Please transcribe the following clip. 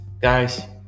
Guys